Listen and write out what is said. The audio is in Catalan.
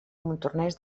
montornès